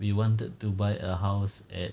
we wanted to buy a house at